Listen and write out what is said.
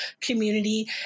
community